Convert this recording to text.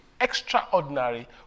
extraordinary